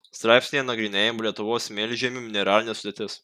straipsnyje nagrinėjama lietuvos smėlžemių mineralinė sudėtis